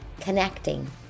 connecting